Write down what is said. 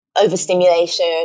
Overstimulation